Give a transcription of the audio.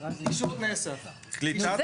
שר